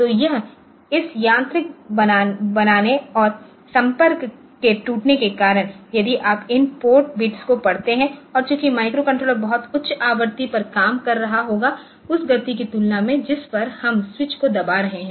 तो यह इस यांत्रिक बनाने और संपर्कों के टूटने के कारण है यदि आप इन पोर्ट बिट को पढ़ते हैं और चूंकि माइक्रोकंट्रोलर बहुत उच्च आवृत्ति पर काम कर रहा होगाउस गति की तुलना में जिस पर हम स्विच को दबा रहे हैं